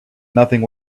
nothing